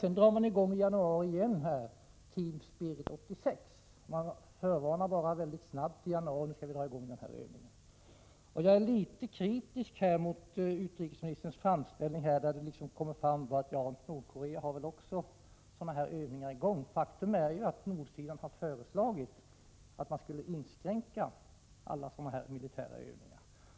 Sedan drog man i januari i gång Team Spirit 86. Man förvarnade bara mycket snabbt i januari om att man skulle dra i gång en övning. Jag är litet kritisk mot utrikesministerns framställning, där det kommer fram att nordsidan också har sådana här övningar i gång. Faktum är ju att nordsidan har föreslagit att man skulle inskränka alla sådana här militärövningar.